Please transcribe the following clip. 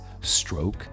stroke